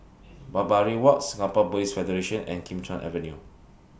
Barbary Walk Singapore Buddhist Federation and Kim Chuan Avenue